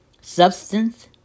substance